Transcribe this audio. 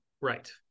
right